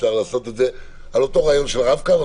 על אותו רעיון של רב-קו.